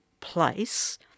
place